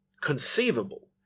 conceivable